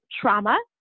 trauma